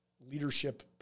leadership